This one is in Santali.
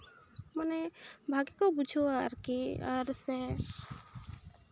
ᱢᱟᱱᱮ ᱵᱷᱟᱜᱮ ᱠᱚ ᱵᱩᱡᱷᱟᱹᱣᱟ ᱟᱨᱠᱤ ᱟᱨᱥᱮ